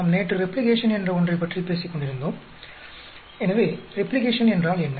நாம் நேற்று ரெப்ளிகேஷன் என்ற ஒன்றைப் பற்றி பேசிக் கொண்டிருந்தோம் எனவே ரெப்ளிகேஷன் என்றால் என்ன